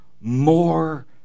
more